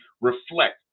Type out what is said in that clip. reflect